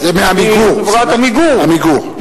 זה מ"עמיגור".